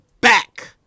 back